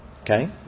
Okay